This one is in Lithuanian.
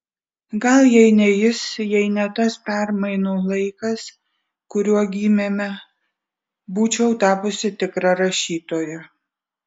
gal jei ne jis jei ne tas permainų laikas kuriuo gimėme būčiau tapusi tikra rašytoja